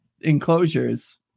enclosures